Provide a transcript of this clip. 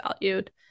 valued